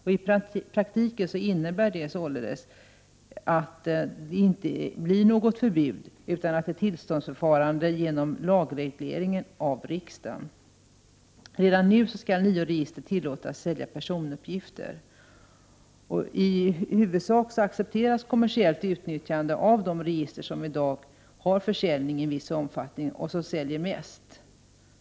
I praktiken innebär förslaget således att det inte blir något förbud utan ett tillståndsförfarande genom lagreglering av riksdagen. Redan nu skall nio register tillåtas sälja personuppgifter. I huvudsak accepteras kommersiellt utnyttjande av de register som i dag har försäljning i en viss omfattning och som säljer mest.